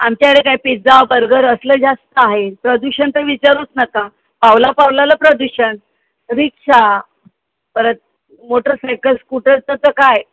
आमच्याकडे काय pizza burger असलं जास्त आहे प्रदूषण तर विचारूच नका पाऊला पाऊलाला प्रदूषण रिक्षा परत मोटरसायकल स्कूटरचं तर काय